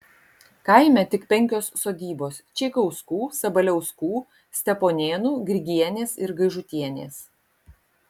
kaime tik penkios sodybos čeikauskų sabaliauskų steponėnų grigienės ir gaižutienės